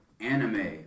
anime